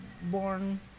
Born